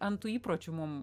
ant tų įpročių mum